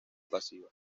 pasiva